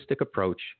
approach